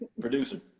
Producer